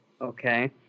Okay